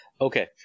Okay